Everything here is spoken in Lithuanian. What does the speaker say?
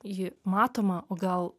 ji matoma o gal